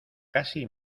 casi